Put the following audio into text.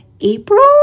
April